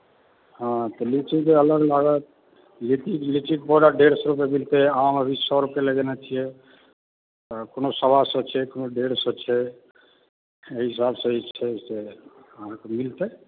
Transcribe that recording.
हाँ तऽ लीचीके अलग लागत लीचीके पड़त डेढ़ सए रूपैआ मिलतय आम अभी सए रूपैआ लगेने छियै कोनो सवा सए छै कोनो डेढ़ सए छै एहि हिसाबसँ जे छै से अहाँकें मिलतय